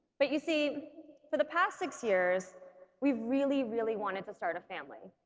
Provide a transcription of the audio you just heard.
but you see for the past six years we've really really wanted to start a family.